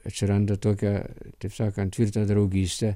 atsiranda tokia taip sakant tvirtina draugystę